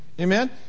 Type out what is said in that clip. Amen